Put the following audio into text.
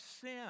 sin